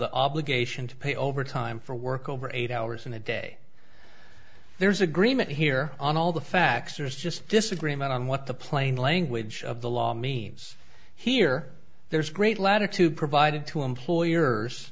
the obligation to pay overtime for work over eight hours in a day there's agreement here on all the facts or is just disagreement on what the plain language of the law means here there is great latitude provided to employers